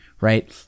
right